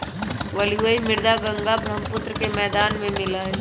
alluvial मृदा गंगा बर्ह्म्पुत्र के मैदान में मिला हई